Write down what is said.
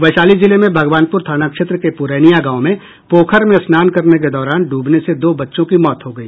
वैशाली जिले में भगवानपुर थाना क्षेत्र के पुरैनिया गांव में पोखर में स्नान करने के दौरान डूबने से दो बच्चों की मौत हो गई